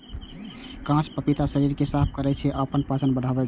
कांच पपीता शरीर कें साफ करै छै आ पाचन बढ़ाबै छै